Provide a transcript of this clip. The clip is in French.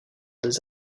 des